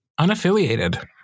unaffiliated